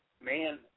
man